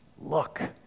look